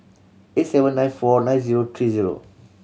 eight seven nine four nine zero three zero